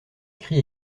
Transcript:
écrit